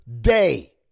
day